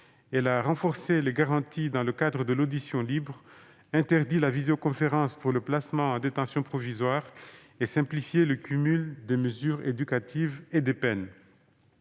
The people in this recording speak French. Elle a renforcé les garanties dans le cadre de l'audition libre, interdit la visioconférence pour le placement en détention provisoire et simplifié le cumul des mesures éducatives et des peines.